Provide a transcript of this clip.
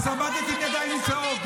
אז עמדת עם ידיים עם צהוב.